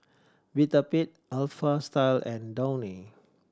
Vitapet Alpha Style and Downy